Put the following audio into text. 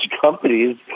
companies